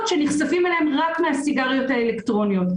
שנחשפים אליהן רק מהסיגריות האלקטרוניות.